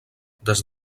des